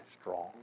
strong